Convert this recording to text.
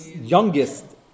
youngest